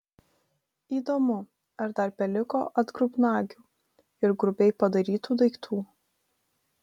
įdomu ar dar beliko atgrubnagių ir grubiai padarytų daiktų